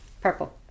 Purple